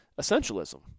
essentialism